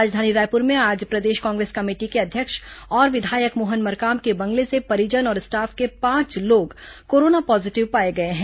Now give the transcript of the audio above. राजधानी रायपुर में आज प्रदेश कांग्रेस कमेटी के अध्यक्ष और विधायक मोहन मरकाम के बंगले से परिजन और स्टाफ के पांच लोग कोरोना पॉजीटिव पाए गए हैं